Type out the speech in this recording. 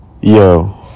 Yo